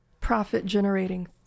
profit-generating